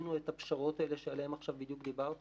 עשינו את הפשרות האלה שעליהן עכשיו בדיוק דיברתי,